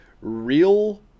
real